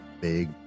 big